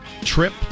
trip